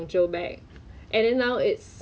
no lah my [one] is